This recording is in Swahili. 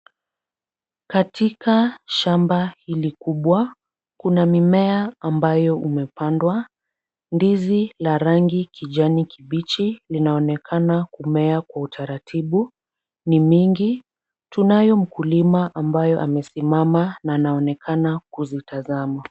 Katika shamba hili kubwa kuna mimea ambayo umepandwa. Ndizi la rangi kijani kibichi linaonekana kumea kwa utaratibu, ni mingi. Tunayo mkulima ambayo amesimama na anaonekana kuzitazama.